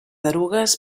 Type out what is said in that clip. erugues